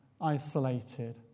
isolated